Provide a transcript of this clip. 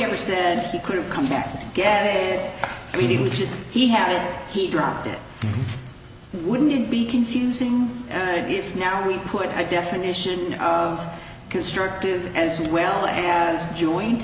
ever said he could have come back to get it i mean it was just he had it he dropped it wouldn't be confusing and of use now we put a definition of constructive as well as joint